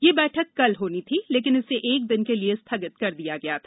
यह बैठक कल होनी थी लेकिन इसे एक दिन के लिए स्थिगित कर दिया गया था